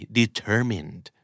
determined